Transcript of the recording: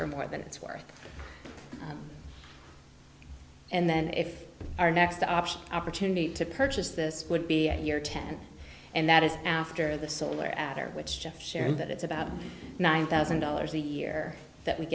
for more than it's worth and then if our next option opportunity to purchase this would be a year ten and that is after the seller after which jeff shared that it's about nine thousand dollars a year that we